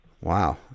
Wow